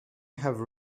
have